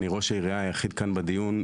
אני ראש העירייה היחיד כאן בדיון,